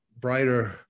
brighter